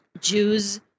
Jews